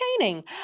entertaining